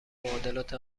معادلات